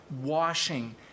washing